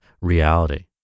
reality